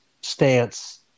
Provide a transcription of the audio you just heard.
stance